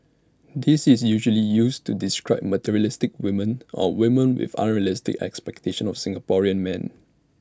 this is usually used to describe materialistic women or women with unrealistic expectations of Singaporean men